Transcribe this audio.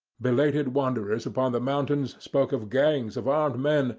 belated wanderers upon the mountains spoke of gangs of armed men,